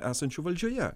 esančių valdžioje